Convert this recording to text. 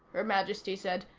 her majesty said.